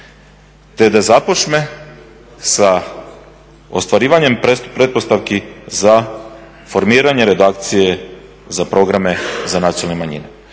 te da započne sa ostvarivanjem pretpostavki za formiranje redakcije za programe za nacionalne manjine.